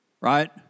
right